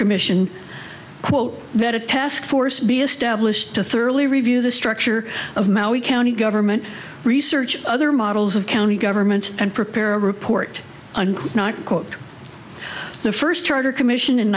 commission quote that a task force be established to thoroughly review the structure of maui county government research other models of county government and prepare a report and not quote the first charter commission in